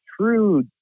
true